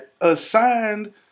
assigned